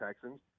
Texans